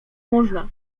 można